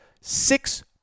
six